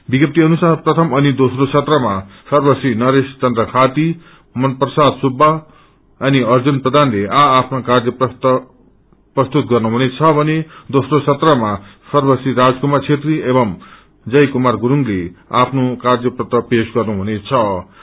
विज्ञप्ती अनुसार प्रथम अनि दोस्रो सत्र्या सर्वश्री नरेश चनु खाती मन प्रसाद सुब्बा अनि अर्जुन प्रधानले आ आफ्नो आर्यपत्र प्रस्तुत गर्नेछन् भने दोस्रो सत्रमा सर्वश्री राज कुमार छेत्री एवं जय कुमर गुरूङते आफ्नो कार्य पत्र पेश गर्नेछन